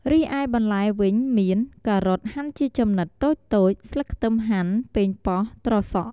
រីឯបន្លែវិញមាន ការ៉ុតហាន់ជាចំណិតតូចៗ ស្លឹកខ្ទឹមហាន់ ប៉េងប៉ោះ ត្រសក់។